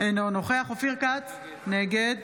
אינו נוכח אופיר כץ, נגד